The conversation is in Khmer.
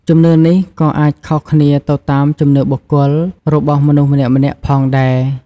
ជំនឿនេះក៏អាចខុសគ្នាទៅតាម ជំនឿបុគ្គល របស់មនុស្សម្នាក់ៗផងដែរ។